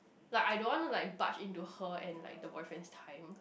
like I don't want to like budge into her and like the boyfriend's time